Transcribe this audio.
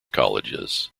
colleges